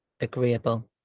agreeable